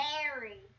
Mary